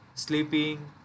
sleeping